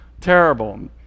terrible